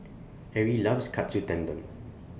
Erie loves Katsu Tendon